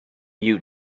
you